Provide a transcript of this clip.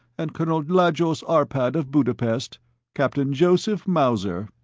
and colonel lajos arpad, of budapest captain joseph mauser.